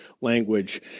language